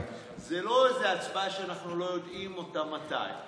זה לא איזו הצבעה שאנחנו לא יודעים מתי.